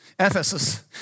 Ephesus